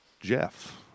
Jeff